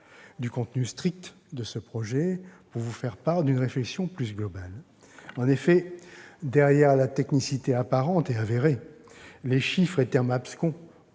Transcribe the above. du contenu strict de ce texte pour vous faire part d'une réflexion plus globale. En effet, derrière la technicité apparente et avérée, les chiffres et termes abscons